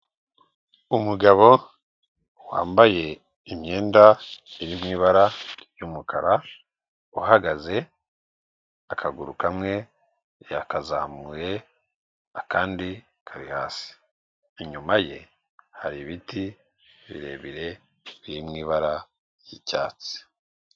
Umugabo wambaye imyenda iri mu ibara ry'umukara, uhagaze, akaguru kamwe yakazamuye, akandi kari hasi. Inyuma ye hari ibiti birebire, biri mu ibara ry'icyatsi.